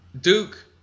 Duke